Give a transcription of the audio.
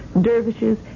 dervishes